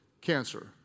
cancer